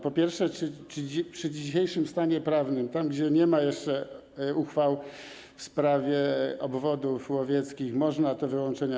Po pierwsze, czy w dzisiejszym stanie prawnym, tam gdzie nie ma jeszcze uchwał w sprawie obwodów łowieckich, można robić te wyłączenia?